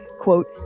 quote